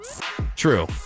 True